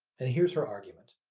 and here's her argument.